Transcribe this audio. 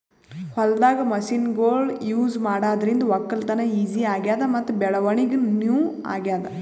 ಹೊಲ್ದಾಗ್ ಮಷಿನ್ಗೊಳ್ ಯೂಸ್ ಮಾಡಾದ್ರಿಂದ ವಕ್ಕಲತನ್ ಈಜಿ ಆಗ್ಯಾದ್ ಮತ್ತ್ ಬೆಳವಣಿಗ್ ನೂ ಆಗ್ಯಾದ್